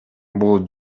бул